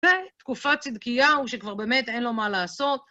ותקופת צדקיהו שכבר באמת אין לו מה לעשות.